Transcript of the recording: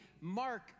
Mark